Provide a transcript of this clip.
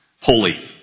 Holy